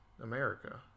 America